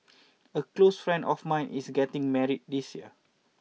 a close friend of mine is getting married this year